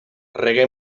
reggae